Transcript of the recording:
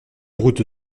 route